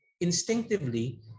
instinctively